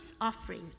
offering